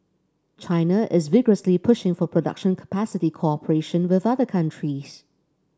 China is vigorously pushing for production capacity cooperation with other countries